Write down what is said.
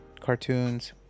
cartoons